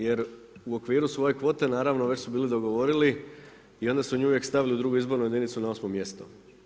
Jer u okviru svoje kvote, naravno već su bili dogovorili i onda su nju uvijek stavili na drugu izbornu jedinicu na osmo mjesto.